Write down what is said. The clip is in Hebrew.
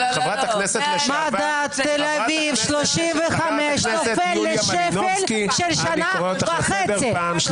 מדד תל אביב 35 נופל לשפל של שנה וחצי.